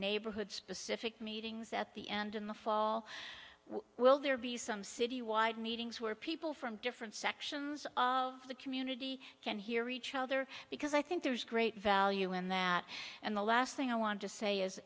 neighborhood specific meetings at the end in the fall will there be some citywide meetings where people from different sections of the community can hear each other because i think there's great value in that and the last thing i want to say is